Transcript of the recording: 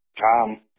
Tom